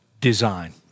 design